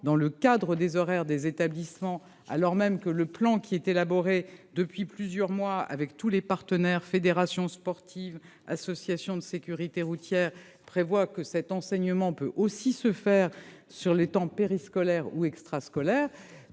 dans le cadre des horaires des établissements. Or le plan qui est élaboré depuis plusieurs mois avec tous les partenaires, notamment les fédérations sportives et les associations de sécurité routière, prévoit que l'enseignement peut aussi s'effectuer sur les temps périscolaire ou extrascolaire.